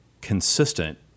consistent